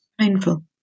painful